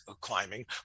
climbing